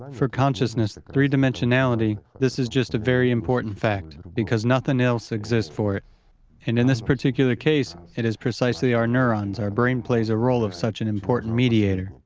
for consciousness, three-dimensionality this is just a very important factor because nothing else exists for it. and in this particular case, it is precisely our neurons, our brain plays a role of such an important mediator.